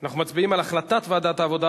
אנחנו מצביעים על החלטת ועדת העבודה,